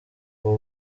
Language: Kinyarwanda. ubu